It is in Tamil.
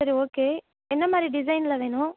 சரி ஓகே என்னமாதிரி டிசைனில் வேணும்